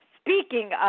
Speaking